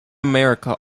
america